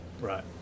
right